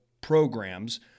programs